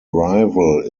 rival